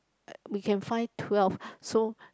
we can find twelve so